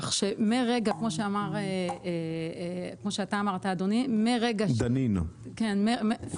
כך שכמו שאתה אמרת, אדוני, חבר הכנסת דנינו, מרגע